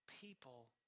people